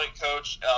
Coach